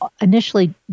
initially